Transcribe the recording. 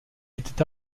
était